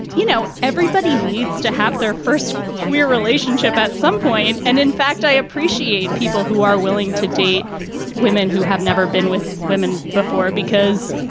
you know, everybody needs to have their first queer relationship at some point. and in fact, i appreciate people who are willing to date women who have never been with women before, because,